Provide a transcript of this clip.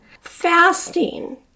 fasting